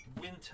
winter